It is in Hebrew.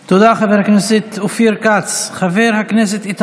תודה, חבר הכנסת אופיר כץ.